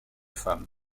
femmes